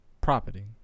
property